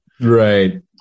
Right